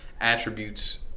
attributes